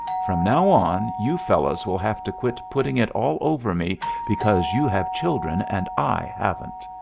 from now on you fellows will have to quit putting it all over me because you have children, and i haven't.